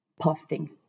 posting